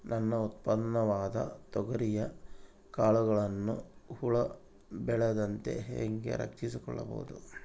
ನನ್ನ ಉತ್ಪನ್ನವಾದ ತೊಗರಿಯ ಕಾಳುಗಳನ್ನು ಹುಳ ಬೇಳದಂತೆ ಹೇಗೆ ರಕ್ಷಿಸಿಕೊಳ್ಳಬಹುದು?